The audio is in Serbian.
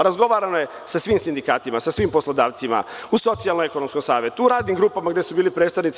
Razgovarano je sa svim sindikatima, sa svim poslodavcima, u Socijalno-ekonomskom savetu, u radnim grupama gde su bili predstavnici.